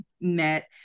met